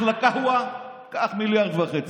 אחלה תהְווה, קח מיליארד וחצי.